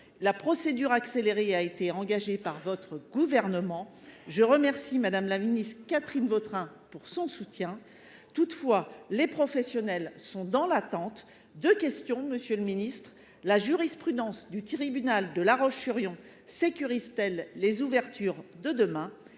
La procédure accélérée a été engagée par votre gouvernement. Je remercie madame la ministre Catherine Vautrin pour son soutien. Toutefois, les professionnels sont dans l'attente. Deux questions, monsieur le ministre. La jurisprudence du tribunal de la Roche-Churion sécurise-t-elle les ouvertures de demain ?